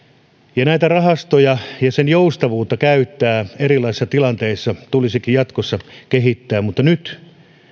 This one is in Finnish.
näitä rahastoja ja joustavuutta käyttää niitä erilaisissa tilanteissa tulisikin jatkossa kehittää mutta nyt